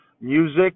music